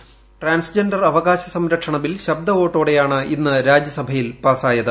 voice transgender അവകാശ സംരക്ഷണ bill ശബ്ദവോട്ടോടെയാണ് ഇന്ന് രാജ്യസഭയിൽ പാസ്സായത്